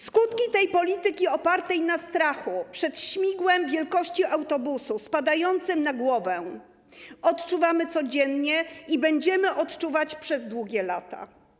Skutki polityki opartej na strachu przed śmigłem wielkości autobusu spadającym na głowę odczuwamy codziennie i będziemy odczuwać przez długie lata.